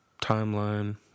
timeline